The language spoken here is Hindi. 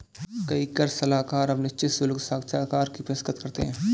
कई कर सलाहकार अब निश्चित शुल्क साक्षात्कार की पेशकश करते हैं